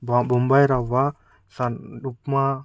బ బొంబాయి రవ్వ స ఉప్మా